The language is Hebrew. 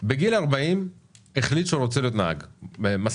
בגיל 40 החליט שהוא רוצה להיות נהג משאית,